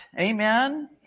Amen